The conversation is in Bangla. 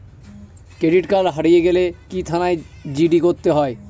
ক্রেডিট কার্ড হারিয়ে গেলে কি থানায় জি.ডি করতে হয়?